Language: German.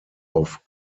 auf